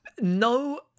no